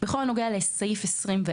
בכל הנוגע לסעיף 24,